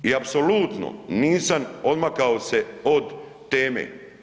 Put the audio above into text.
I apsolutno nisam odmakao se od teme.